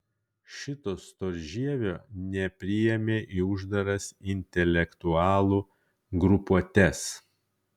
šito storžievio nepriėmė į uždaras intelektualų grupuotes